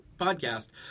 podcast